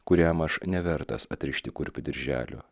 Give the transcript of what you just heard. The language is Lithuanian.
kuriam aš nevertas atrišti kurpių dirželio